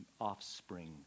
offspring